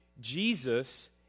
Jesus